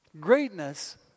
Greatness